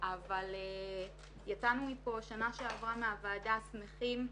אבל יצאנו מכאן בשנה שעברה, מהוועדה, שמחים.